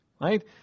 right